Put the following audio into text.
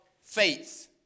faith